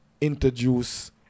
introduce